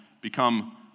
become